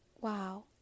Wow